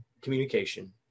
communication